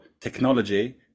technology